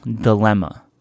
dilemma